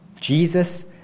Jesus